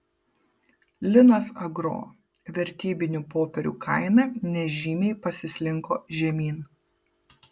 linas agro vertybinių popierių kaina nežymiai pasislinko žemyn